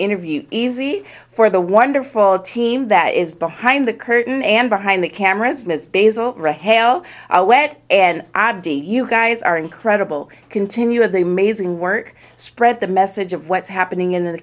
interview easy for the wonderful team that is behind the curtain and behind the cameras ms bezel rahel a wet and i d you guys are incredible continually mazing work spread the message of what's happening in the